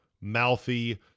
mouthy